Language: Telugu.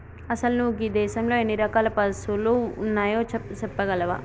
అసలు నువు గీ దేసంలో ఎన్ని రకాల పసువులు ఉన్నాయో సెప్పగలవా